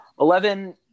Eleven